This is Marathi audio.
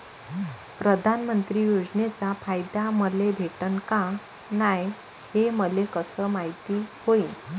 प्रधानमंत्री योजनेचा फायदा मले भेटनं का नाय, हे मले कस मायती होईन?